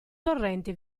torrente